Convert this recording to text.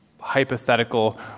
hypothetical